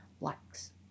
likes